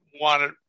wanted